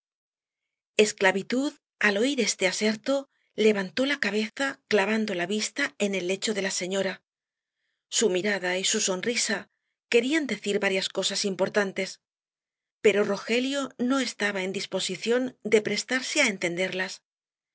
esclavitud al oir este aserto levantó la cabeza clavando la vista en el lecho de la señora su mirada y su sonrisa querían decir varias cosas importantes pero rogelio no estaba en disposición de prestarse á entenderlas